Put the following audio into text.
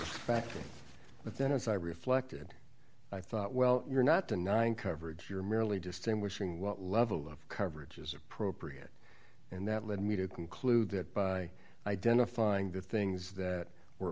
backing but then as i reflected i thought well you're not denying coverage you're merely distinguishing what level of coverage is appropriate and that led me to conclude that by identifying the things that were